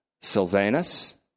Sylvanus